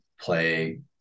play